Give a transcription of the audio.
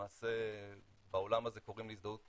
למעשה בעולם הזה קוראים להזדהות